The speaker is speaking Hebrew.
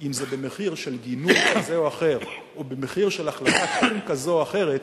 אם במחיר של גינוי כזה או אחר או במחיר של החלטה כזאת או אחרת,